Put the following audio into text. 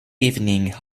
evening